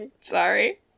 Sorry